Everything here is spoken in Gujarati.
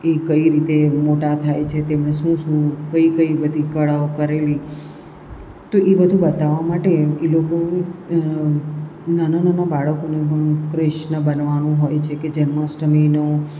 કઈ રીતે મોટા થાય છે તેમને શું શું કઈ કઈ બધી કળાઓ કરેલી તો એ બધું બતાવવા માટે એ લોકો નાના નાના બાળકોને ઘણું ક્રિષ્ન બનવાનું હોય છે કે જન્માષ્ટમીનો